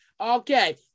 Okay